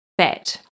fat